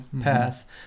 path